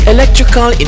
Electrical